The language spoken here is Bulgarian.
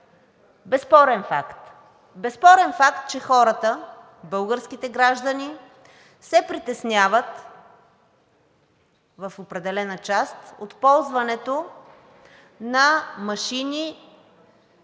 Безспорен факт! Безспорен факт, че хората, българските граждани, се притесняват в определена част от ползването на машини